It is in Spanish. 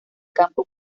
campo